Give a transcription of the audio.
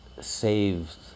saved